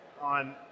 on